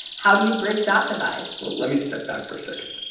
how do you bridge that divide? well, let me step back for a second.